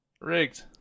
Rigged